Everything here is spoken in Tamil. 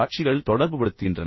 காட்சிகள் தொடர்புபடுத்துகின்றன